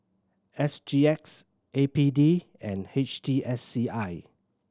S G X A P D and H T S C I